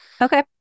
Okay